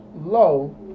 low